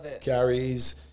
carries